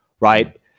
right